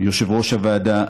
יושבת-ראש הוועדה,